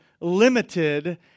limited